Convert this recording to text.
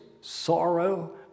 sorrow